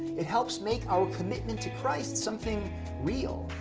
it helps make our commitment to christ something real,